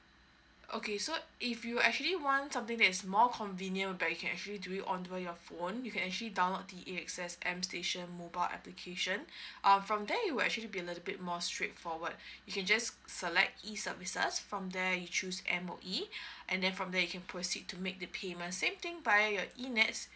okay so if you actually want something that is more convenient where you can actually do it on your phone you can actually download the A_X_S M station mobile application uh from there you will actually been a little bit more straightforward you can just select E services from there you choose M_O_E and then from there you can proceed to make the payment same thing via your E nets